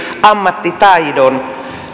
ammattitaidon